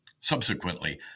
Subsequently